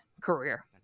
career